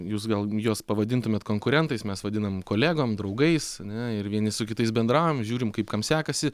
jūs gal juos pavadintumėt konkurentais mes vadinam kolegom draugais ane ir vieni su kitais bendraujam žiūrim kaip kam sekasi